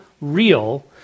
real